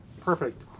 perfect